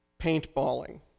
paintballing